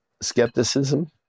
skepticism